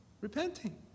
repenting